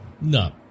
No